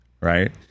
right